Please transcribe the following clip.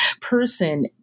person